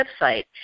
website